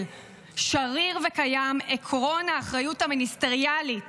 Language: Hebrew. שריר וקיים עקרון האחריות המיניסטריאלית